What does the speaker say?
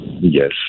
Yes